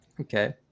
Okay